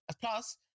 Plus